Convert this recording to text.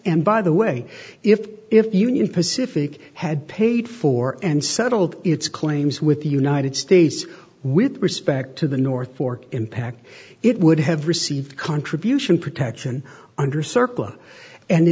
and by the way if if union pacific had paid for and settled its claims with united states with respect to the north fork impact it would have received contribution protection under circle and